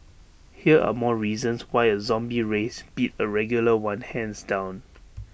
here are more reasons why A zombie race beat A regular one hands down